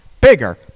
bigger